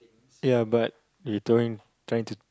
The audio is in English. ya but you trying trying to